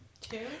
Two